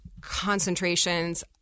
concentrations